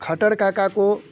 खटर काका को